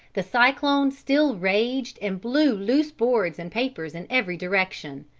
the cyclone still raged and blew loose boards and papers in every direction,